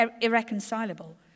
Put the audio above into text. irreconcilable